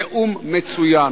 נאום מצוין,